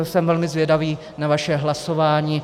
Jsem velmi zvědavý na vaše hlasování.